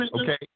Okay